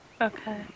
okay